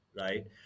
right